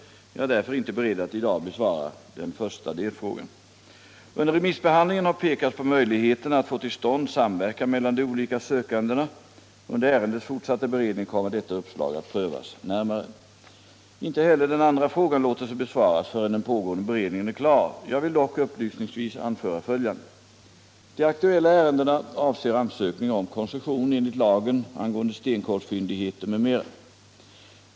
Jag är därför inte beredd att i dag besvara den första frågan. Under remissbehandlingen har pekats på möjligheterna att få till stånd samverkan mellan de olika sökandena. Under ärendets fortsatta beredning kommer detta uppslag att prövas närmare. Inte heller den andra frågan låter sig besvaras förrän den pågående beredningen är klar. Jag vill dock upplysningsvis anföra följande. De aktuella ärendena avser ansökningar om koncession enligt lagen angående stenkolsfyndigheter m.m.